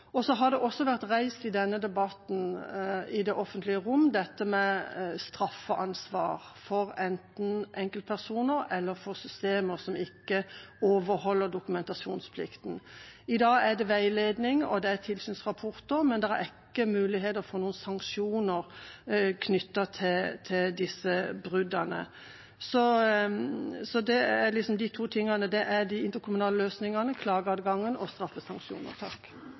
dette med straffansvar, enten for enkeltpersoner eller for systemer som ikke overholder dokumentasjonsplikten. I dag er det veiledning og tilsynsrapporter, men det er ikke mulighet for sanksjoner for disse bruddene. Så det jeg ønsker at statsråden skal si litt om, er de interkommunale løsningene, klageadgangen og straffesanksjoner.